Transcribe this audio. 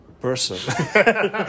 person